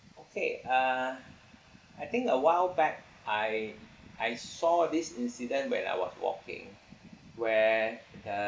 okay uh I think a while back I I saw this incident when I was walking where the~!hey!